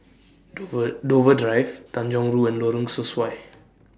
Dover Dover Drive Tanjong Rhu and Lorong Sesuai